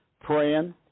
praying